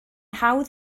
hawdd